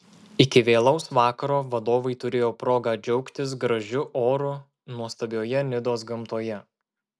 iki vėlaus vakaro vadovai turėjo progą džiaugtis gražiu oru nuostabioje nidos gamtoje